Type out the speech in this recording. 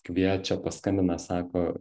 kviečia paskambina sako